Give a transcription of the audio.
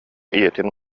ийэтин